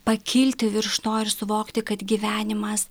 pakilti virš to ir suvokti kad gyvenimas